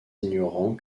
ignorant